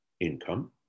income